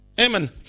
Amen